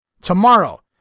tomorrow